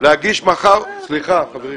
להגיש מחר או